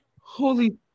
Holy